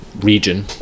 region